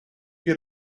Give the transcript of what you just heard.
get